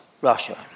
Russia